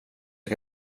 jag